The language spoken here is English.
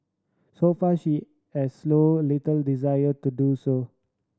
so far she has slow little desire to do so